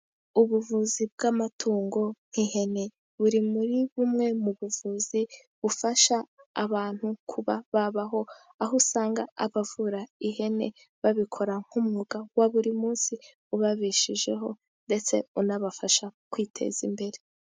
Ubuvuzi bw'amatungo nk'ihene buri muri bumwe mu buvuzi bufasha abantu kuba babaho, aho usanga abavura ihene babikora nk'umwuga wa buri munsi ubabeshejeho ndetse unabafasha kwiteza imbere.